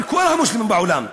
בכל המוסלמים בעולם,